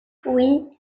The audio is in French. oui